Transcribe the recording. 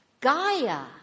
Gaia